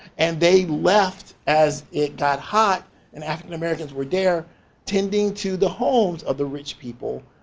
and they left, as it got hot and african-americans were there tending to the homes of the rich people.